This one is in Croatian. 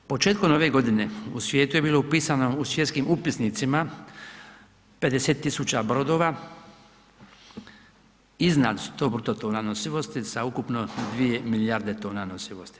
Početkom ove godine u svijetu je bilo upisano u svjetskim upisnicima 50 tisuća brodova iznad 100 bruto tona nosivosti sa ukupno 2 milijarde tona nosivosti.